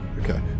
Okay